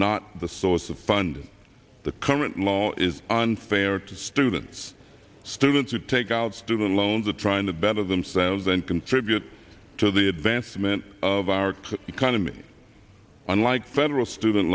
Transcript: not the source of funding the current law is unfair to students students who take out student loans to trying to better themselves then contribute to the advancement of our economy unlike federal student